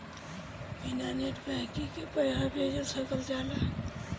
बिना net banking के पईसा भेज सकल जाला?